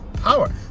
power